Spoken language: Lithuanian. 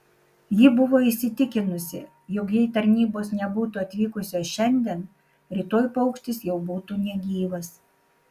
ji buvo įsitikinusi jog jei tarnybos nebūtų atvykusios šiandien rytoj paukštis jau būtų negyvas